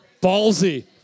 Ballsy